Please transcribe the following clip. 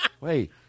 Wait